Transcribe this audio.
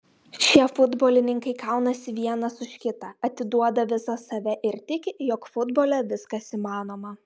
šie futbolininkai kaunasi vienas už kitą atiduoda visą save ir tiki jog futbole viskas įmanoma